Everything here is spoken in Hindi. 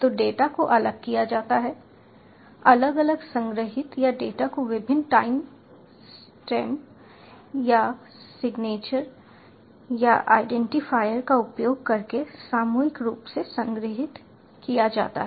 तो डेटा को अलग किया जाता है अलग अलग संग्रहीत या डेटा को विभिन्न टाइम स्टैम्प या सिग्नेचर या आईडेंटिफाईर का उपयोग करके सामूहिक रूप से संग्रहीत किया जाता है